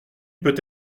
peut